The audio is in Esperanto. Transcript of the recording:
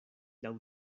laŭ